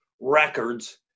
records